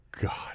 God